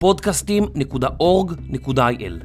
podcastim.org.il